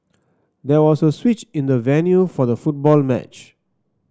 there was a switch in the venue for the football match